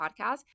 podcast